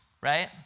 right